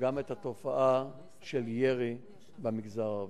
וגם את התופעה של ירי במגזר הערבי.